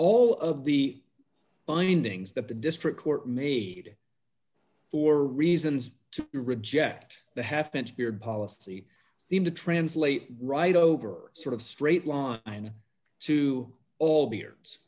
all of the findings that the district court made for reasons to reject the half inch beard policy seem to translate right over sort of straight line to